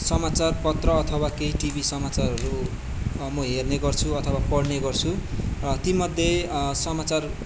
समाचार पत्र अथवा केटिभी समाचारहरू म हेर्ने गर्छु अथवा पढ्ने गर्छु ती मध्ये समाचार